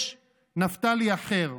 יש נפתלי אחר,